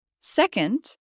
Second